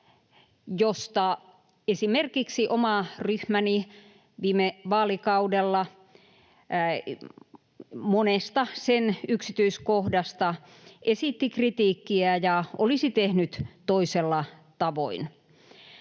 josta esimerkiksi oma ryhmäni viime vaalikaudella, monesta sen yksityiskohdasta, esitti kritiikkiä ja olisi tehnyt toisella tavoin.